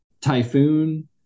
typhoon